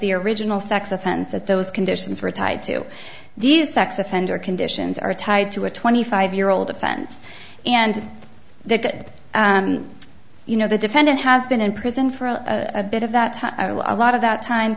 the original sex offense that those conditions were tied to these sex offender conditions are tied to a twenty five year old offense and that you know the defendant has been in prison for a bit of that time a lot of that time